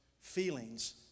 feelings